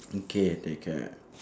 mm K take care